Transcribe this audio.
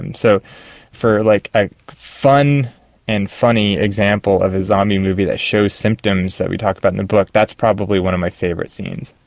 and so for like a fun and funny example of a zombie movie that shows symptoms that we talk about in the book, that's probably one of my favourite scenes.